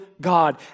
God